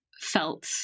felt